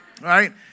Right